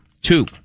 Two